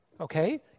okay